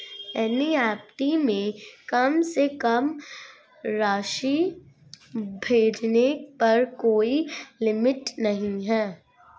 NEFT में कम से कम राशि भेजने पर कोई लिमिट नहीं है